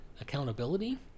accountability